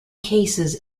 cases